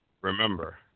remember